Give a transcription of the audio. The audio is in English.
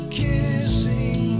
kissing